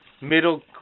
middle